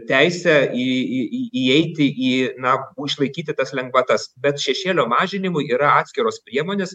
teisę į į į įeiti į na išlaikyti tas lengvatas bet šešėlio mažinimui yra atskiros priemonės